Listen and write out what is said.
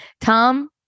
Tom